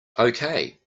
okay